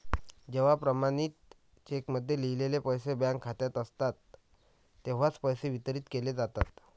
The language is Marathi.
जेव्हा प्रमाणित चेकमध्ये लिहिलेले पैसे बँक खात्यात असतात तेव्हाच पैसे वितरित केले जातात